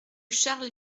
charles